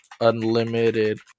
unlimited